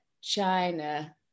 China